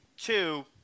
two